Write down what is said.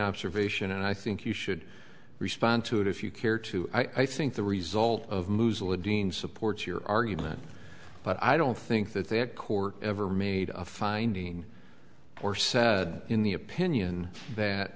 observation and i think you should respond to it if you care to i think the result of musil a dean supports your argument but i don't think that that court ever made a finding or said in the opinion that